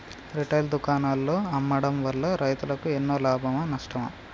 Retail దుకాణాల్లో అమ్మడం వల్ల రైతులకు ఎన్నో లాభమా నష్టమా?